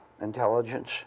intelligence